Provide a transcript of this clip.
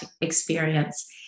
experience